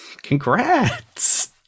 congrats